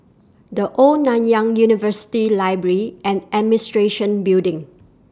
The Old Nanyang University Library and Administration Building